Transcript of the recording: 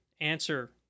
answer